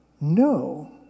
No